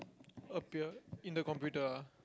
appear in the computer ah